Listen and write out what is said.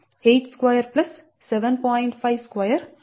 5212 10